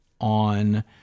on